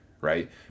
right